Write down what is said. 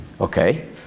okay